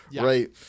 right